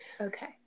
Okay